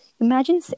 Imagine